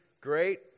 great